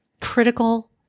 critical